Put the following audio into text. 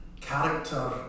character